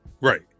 Right